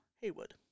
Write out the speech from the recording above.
Haywood